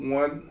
one